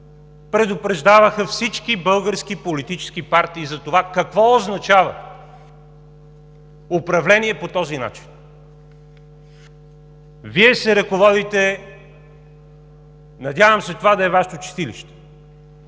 предупреждаваха всички български политически партии за това какво означава управление по този начин. Надявам се това да е Вашето чистилище.